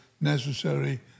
necessary